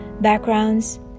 backgrounds